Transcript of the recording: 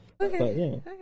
Okay